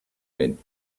mint